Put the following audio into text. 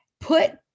put